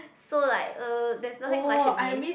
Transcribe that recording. so like uh that's nothing much to miss